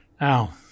Now